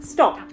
Stop